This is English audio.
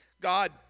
God